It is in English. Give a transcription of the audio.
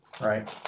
right